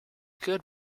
good